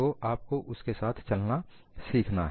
तो आपको उसके साथ चलना सीखना है